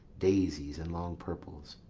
daisies, and long purples,